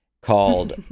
called